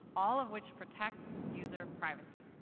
all of which protects user privacy.